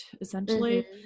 essentially